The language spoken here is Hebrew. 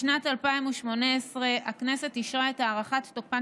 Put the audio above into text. בשנת 2018 הכנסת אישרה את הארכת תוקפן